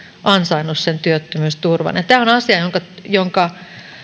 ansainnut sen työttömyysturvan tämä on asia jonka